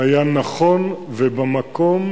היה נכון ובמקום,